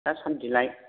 दासान्दिलाय